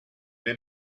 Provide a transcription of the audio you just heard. did